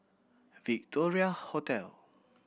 Victoria Hotel